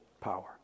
power